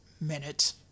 minute